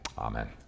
Amen